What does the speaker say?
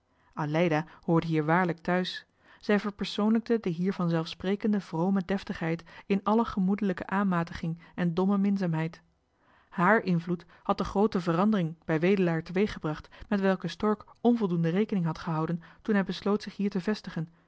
hoorde hier waarlijk thuis zij verpersoonlijkte de hier van zelf sprekende vrome deftigheid in alle gemoedelijke aanmatiging en domme minzaamheid hààr invloed had de groote verandering bij wedelaar teweeggebracht met welke stork onvoldoende rekening had gehouden toen johan de meester de zonde in het deftige dorp hij besloot zich hier te vestigen